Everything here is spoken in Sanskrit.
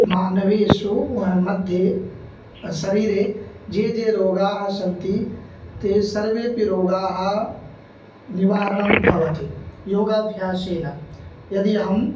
मानवेषु मघ्ये शरीरे ये ये रोगाः सन्ति ते सर्वेपि रोगाः निवारणं भवति योगाभ्यासेन यदि अहम्